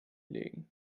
legen